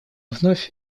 вновь